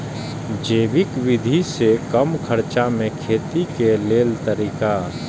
जैविक विधि से कम खर्चा में खेती के लेल तरीका?